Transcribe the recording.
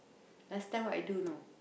last time what I do know